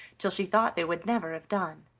till she thought they would never have done.